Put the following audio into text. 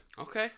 okay